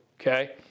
okay